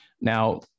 Now